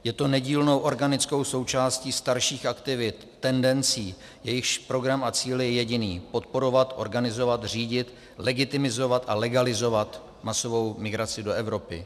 Je nedílnou organickou součástí starších aktivit, tendencí, jejichž program a cíl je jediný podporovat, organizovat, řídit, legitimizovat a legalizovat masovou migraci do Evropy.